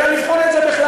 אלא לבחון את זה בכלל.